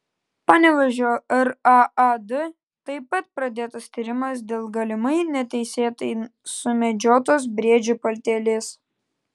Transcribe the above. panevėžio raad taip pat pradėtas tyrimas dėl galimai neteisėtai sumedžiotos briedžio patelės